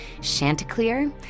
Chanticleer